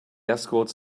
escorts